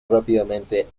rápidamente